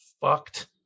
fucked